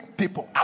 people